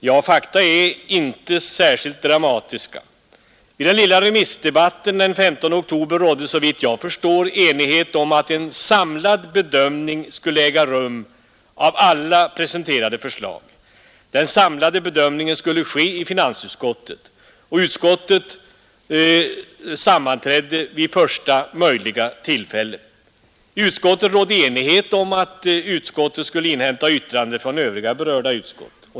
Ja, fakta är inte särskilt dramatiska. I den lilla remissdebatten den 15 oktober rådde, såvitt jag förstår, enighet om att en samlad bedömning av alla presenterade förslag skulle äga rum. Denna samlade bedömning skulle ske i finansutskottet. Utskottet sammanträdde vid första möjliga tillfälle. I finansutskottet rådde enighet om att man skulle inhämta yttranden från övriga berörda utskott.